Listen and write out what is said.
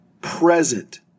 Present